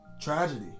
tragedy